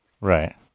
Right